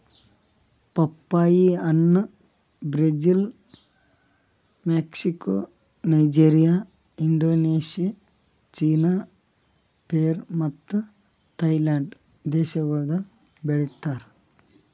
ಪಪ್ಪಾಯಿ ಹಣ್ಣ್ Brazil, Mexico, Nigeria, Indonesia, China, Peru ಮತ್ತ ಥೈಲ್ಯಾಂಡ್ ದೇಶಗೊಳ್ದಾಗ್ ಬೆಳಿತಾರ್